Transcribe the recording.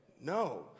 No